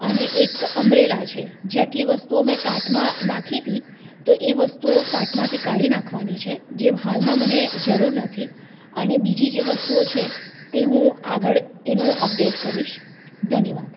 અને એક અમ્રેલા છે જે આટલી વસ્તુઓ મેં કાર્ટમાં નાખી હતી તો એ વસ્તુઓ કાર્ટમાંથી કાઢી નાખવાની છે જે હાલમાં મને જરૂર નથી અને બીજી જે વસ્તુઓ છે તે હું આગળ એનું અપડેટ કરીશ ધન્યવાદ